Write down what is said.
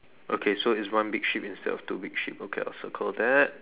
okay so is one big sheep instead of two big sheep okay I will circle that